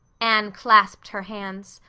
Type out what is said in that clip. anne clasped her hands.